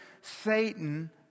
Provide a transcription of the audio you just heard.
Satan